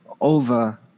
over